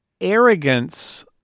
arrogance